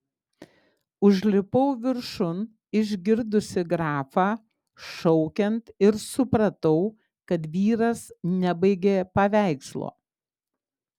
užlipau viršun išgirdusi grafą šaukiant ir supratau kad vyras nebaigė paveikslo